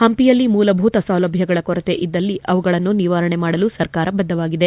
ಹಂಪಿಯಲ್ಲಿ ಮೂಲಭೂತ ಸೌಲಭ್ಯಗಳ ಕೊರತೆ ಇದ್ದರೆ ಅವುಗಳನ್ನು ನಿವಾರಣೆ ಮಾಡಲು ಸರ್ಕಾರ ಬದ್ದವಾಗಿದೆ